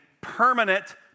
permanent